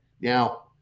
Now